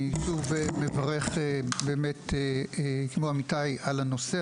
אני שוב מברך באמת כמו עמיתי על הנושא.